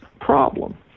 problem